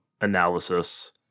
analysis